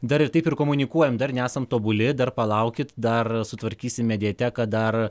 dar ir taip ir komunikuojam dar nesam tobuli dar palaukit dar sutvarkysim mediateką dar